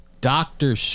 Doctor